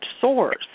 source